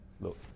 look